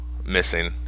missing